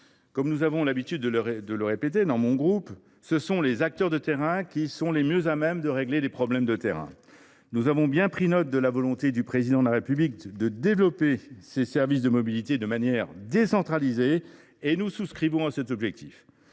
Comme nous avons l’habitude de le répéter dans notre groupe, les acteurs de terrains sont le plus à même de régler les problèmes de terrain. Nous avons bien pris note de la volonté du Président de la République de développer ces services de mobilité de manière décentralisée, et nous souscrivons à ces objectifs.